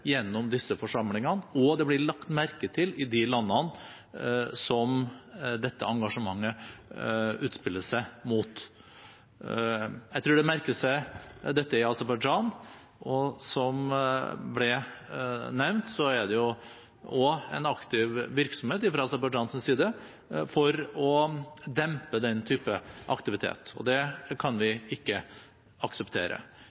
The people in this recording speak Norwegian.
gjennom disse forsamlingene, og det blir lagt merke til i de landene som dette engasjementet utspiller seg mot. Jeg tror man merker seg dette i Aserbajdsjan, og som det ble nevnt, er det også en aktiv virksomhet fra Aserbajdsjans side for å dempe den typen aktivitet. Det kan vi ikke akseptere.